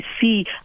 see